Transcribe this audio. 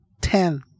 Ten